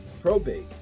probate